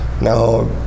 now